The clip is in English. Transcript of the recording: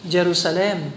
Jerusalem